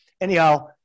Anyhow